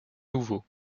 nouveau